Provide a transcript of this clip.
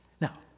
Now